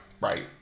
Right